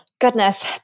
Goodness